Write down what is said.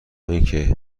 اینکه